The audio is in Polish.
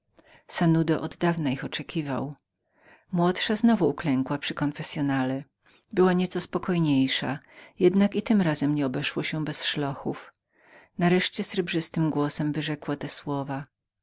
sanudo oddawna ich oczekiwał młodsza znowu uklękła przy konfessyonale była nieco spokojniejszą jednak i tym razem nie obeszło się bez szlochów nareszcie srebrnym i dziewiczym głosem wyrzekła te słowa